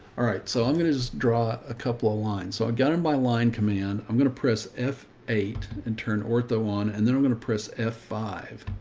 alright, so i'm going to just draw a couple of lines. so i've got him by line command. i'm going to press f eight and turn ortho on, and then i'm going to press f